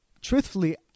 truthfully